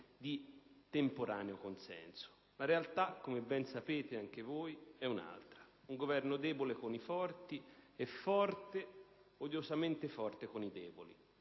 di temporaneo consenso. La realtà, come ben sapete anche voi, è un'altra: questo è un Governo debole con i forti e odiosamente forte con i deboli;